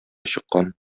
чыккан